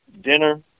dinner